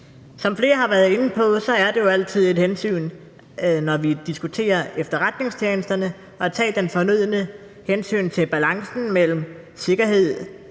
Som flere har været inde på, er det jo altid et hensyn at tage, når vi diskuterer efterretningstjenesterne, nemlig at tage det fornødne hensyn til balancen mellem sikkerhed,